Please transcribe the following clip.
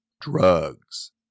drugs